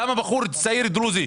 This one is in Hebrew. למה בחור צעיר דרוזי,